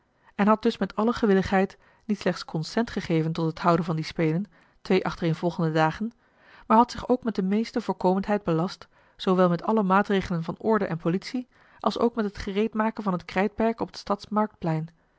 en had dus met alle gewilligheid niet slechts consent gegeven tot het houden van die spelen twee achtereenvolgende dagen maar had zich ook met de meeste voorkomendheid belast zoowel met alle maatregelen van orde en politie als ook met het gereedmaken van het krijtperk op het stads marktplein